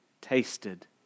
tasted